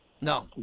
No